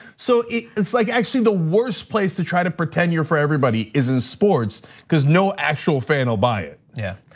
so it's like actually the worst place to try to pretend you're for everybody is in sports cuz no actual fan will buy it. yeah,